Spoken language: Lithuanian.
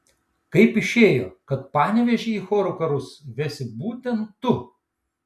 kaip išėjo kad panevėžį į chorų karus vesi būtent tu